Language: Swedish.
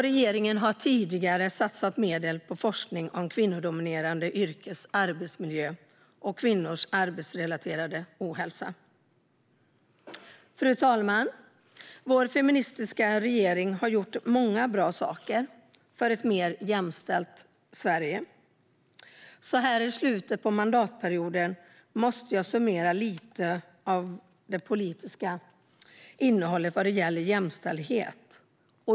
Regeringen har tidigare satsat medel på forskning om kvinnodominerade yrkens arbetsmiljö och kvinnors arbetsrelaterade ohälsa. Fru talman! Vår feministiska regering har gjort många bra saker för ett mer jämställt Sverige. Så här i slutet av mandatperioden vill jag summera lite av det politiska innehållet vad gäller jämställdhet.